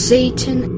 Satan